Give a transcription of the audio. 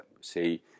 say